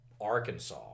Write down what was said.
Arkansas